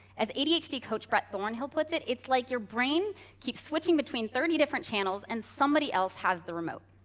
as adhd coach brett thornhill puts it, it's like your brain keeps switching between thirty different channels and somebody else has the remote.